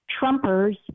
Trumpers